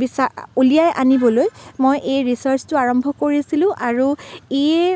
বিচা উলিয়াই আনিবলৈ মই এই ৰিচাৰ্ছটো আৰম্ভ কৰিছিলোঁ আৰু ই